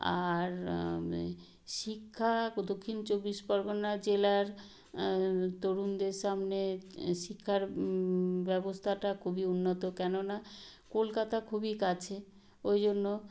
আর শিক্ষা দক্ষিণ চব্বিশ পরগনা জেলার তরুণদের সামনে শিক্ষার ব্যবস্থাটা খুবই উন্নত কেননা কলকাতা খুবই কাছে ওই জন্য